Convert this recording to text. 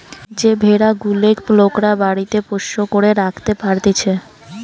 যে ভেড়া গুলেক লোকরা বাড়িতে পোষ্য করে রাখতে পারতিছে